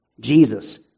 Jesus